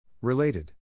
Related